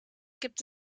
gibt